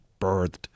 birthed